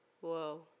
Whoa